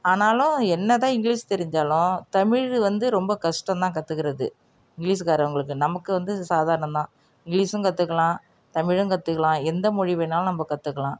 ஆனாலும் என்னதான் இங்கிலீஸ் தெரிஞ்சாலும் தமிழ் வந்து ரொம்ப கஷ்டம்தான் கற்றுக்கறது இங்கிலீஸ்காரவங்களுக்கு நமக்கு வந்து சாதாரணம்தான் இங்கிலீஸும் கற்றுக்கலாம் தமிழும் கற்றுக்கலாம் எந்த மொழி வேணாலும் நம்ப கற்றுக்கலாம்